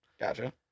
Gotcha